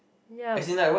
ya